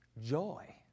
Joy